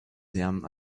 them